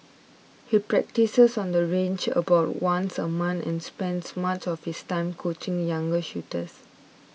he practises on the range about once a month and spends much of his time coaching younger shooters